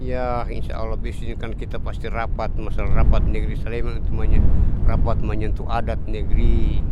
Iya insya allah besok ni kan kita pasti rapat masalah rapat negeri saleman rapat menyentuh adat negeri